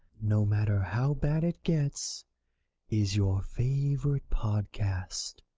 no matter how bad it gets is your favorite podcast.